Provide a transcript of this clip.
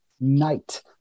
night